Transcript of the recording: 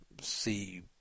see